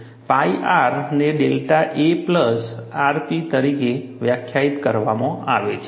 અને phi R ને delta a plus rp તરીકે વ્યાખ્યાયિત કરવામાં આવે છે